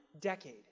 decade